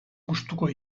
gustuko